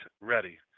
ready